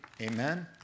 Amen